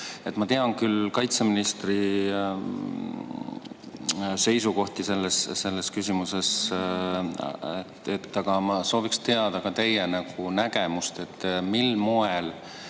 Ma tean küll kaitseministri seisukohti selles küsimuses, aga ma sooviksin teada ka teie nägemust. Mil moel